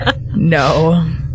no